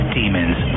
demons